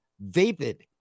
vapid